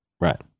Right